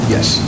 Yes